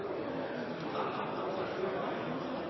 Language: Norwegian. Då er